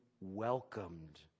welcomed